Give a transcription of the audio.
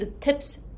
tips